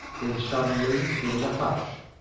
then suddenly there was a hush.